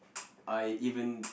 I even